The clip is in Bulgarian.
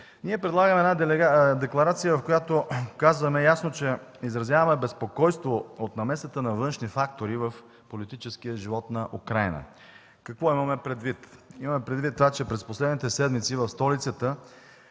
Предлагаме една декларация, в която казваме ясно, че изразяваме безпокойство от намесата на външни фактори в политическия живот на Украйна. Какво имаме предвид? Имаме предвид това, че през последните седмици в столицата